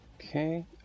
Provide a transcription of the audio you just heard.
okay